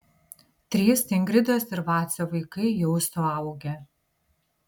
trys ingridos ir vacio vaikai jau suaugę